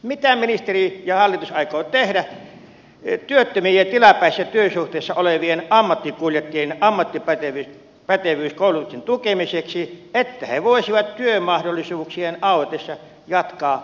mitä ministeri ja hallitus aikovat tehdä työttömien ja tilapäisessä työsuhteessa olevien ammattikuljettajien ammattipätevyyskoulutuksen tukemiseksi että he voisi vat työmahdollisuuksien auetessa jatkaa ammattiaan